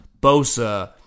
Bosa